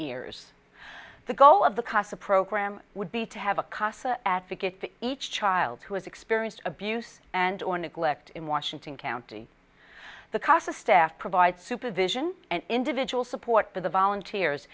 ears the goal of the casa program would be to have a casa advocate the each child who has experienced abuse and or neglect in washington county the casa staff provide supervision and individual support for the volunteers